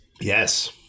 Yes